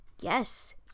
Yes